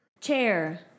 Chair